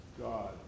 God